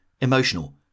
Emotional